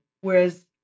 whereas